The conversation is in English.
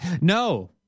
No